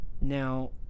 Now